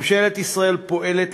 ממשלת ישראל פועלת